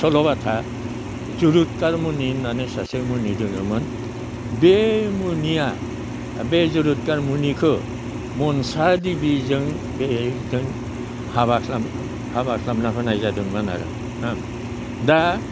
सल' बाथा जुरुथार मनि होननानै सासे मुनि दोङोमोन बे मुनिया बे जुरुतखार मुनिखो मनसा दिबिजों बेजों हाबा हाबा खालामना होनाय जादोंमोन आरो दा